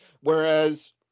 Whereas